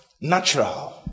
natural